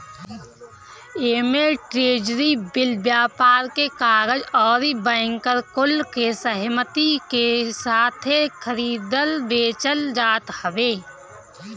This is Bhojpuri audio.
एमे ट्रेजरी बिल, व्यापार के कागज अउरी बैंकर कुल के सहमती के साथे खरीदल बेचल जात हवे